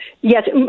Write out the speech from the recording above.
Yes